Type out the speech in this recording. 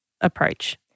approach